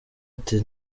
ati